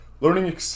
learning